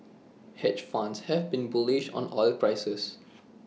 hedge funds have been bullish on oil prices